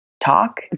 talk